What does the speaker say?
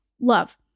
Love